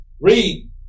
Read